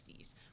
1960s